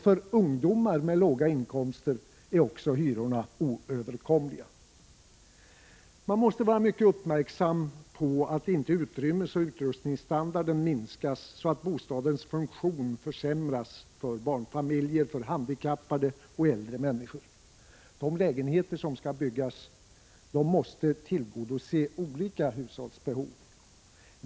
För ungdomar med låga inkomster är hyrorna oöverkomliga. Man måste vara mycket uppmärksam på att inte utrymmesoch utrustningsstandarden minskas så att bostadens funktion försämras för barnfamiljer, handikappade och äldre människor. De lägenheter som skall byggas måste tillgodose olika hushålls behov.